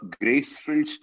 graceful